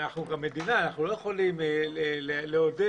שזה אומר המעסיקים שלו,